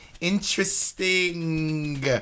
Interesting